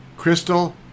Crystal